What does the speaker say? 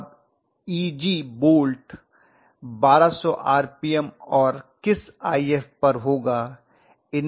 अब Eg volt 1200 RPM और किस If पर होगा